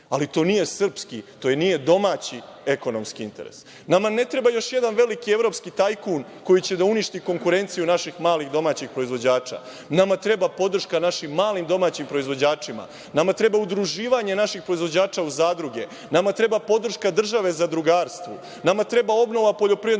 ali to nije srpski, to nije domaći ekonomski interes. Nama ne treba još jedan veliki evropski tajkun koji će da uništi konkurenciju naših malih domaćih proizvođača, nama treba podrška našim malim domaćim proizvođačima, nama treba udruživanje naših proizvođača u zadruge, nama treba podrška države zadrugarstvu, nama treba obnova poljoprivedno-industrijskih